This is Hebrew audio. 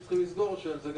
אז הוא מניח שהוא משם.